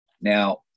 Now